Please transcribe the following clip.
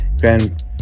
Grand